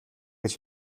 гэж